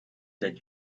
that